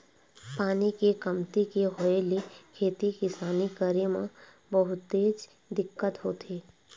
पानी के कमती के होय ले खेती किसानी करे म बहुतेच दिक्कत होथे